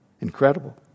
Incredible